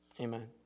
Amen